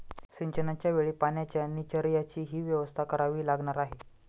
सिंचनाच्या वेळी पाण्याच्या निचर्याचीही व्यवस्था करावी लागणार आहे